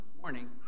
morning